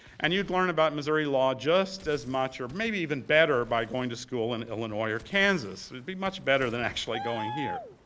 and you'd learn about missouri law just as much or maybe even better by going to school in illinois or kansas. it would be much better than actually going here.